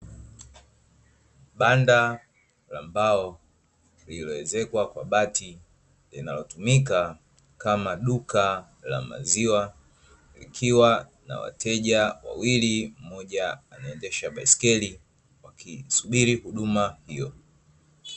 Banda la mbao lililoezekwa kwa bati linalofumika kama duka la maziwa, likiwa na wateja wawili mmoja anaendesha baiskeli wakisubiri huduma hiyo.